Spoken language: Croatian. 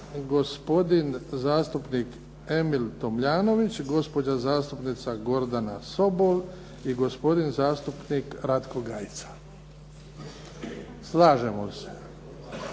gospodin zastupnik Emil Tomljanović, gospođa zastupnica Gordana Sobol i gospodin zastupnik Ratko Gajica. Slažemo se.